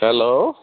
hello